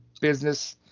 business